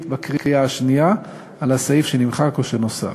בקריאה השנייה על הסעיף שנמחק או שנוסף.